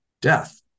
death